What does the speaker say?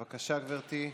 בבקשה, גברתי.